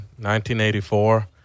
1984